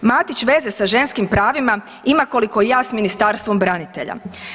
Matić veze sa ženskim pravima ima koliko ja s Ministarstvom branitelja.